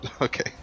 Okay